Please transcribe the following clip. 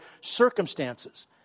circumstances